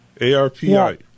A-R-P-I